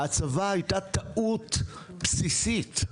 ההצבה היתה טעות בסיסית.